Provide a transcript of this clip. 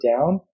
down